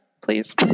please